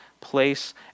place